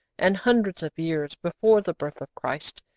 and hundreds of years before the birth of christ,